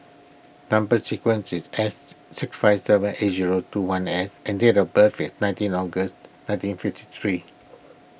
Number Sequence is S six five seven eight zero two one S and date of birth is nineteen August nineteen fifty three